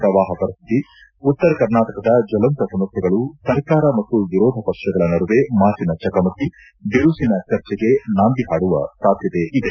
ಪ್ರವಾಹ ಪರಿಸ್ಥಿತಿ ಉತ್ತರ ಕರ್ನಾಟಕದ ಜ್ವಲಂತ ಸಮಸ್ಥೆಗಳು ಸರ್ಕಾರ ಮತ್ತು ವಿರೋಧ ಪಕ್ಷಗಳ ನಡುವೆ ಮಾತಿನ ಚಕಮಕಿ ಬಿರುಸಿನ ಚರ್ಚೆಗೆ ನಾಂದಿ ಹಾಡುವ ಸಾಧ್ಯತೆ ಇದೆ